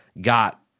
got